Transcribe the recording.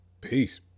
peace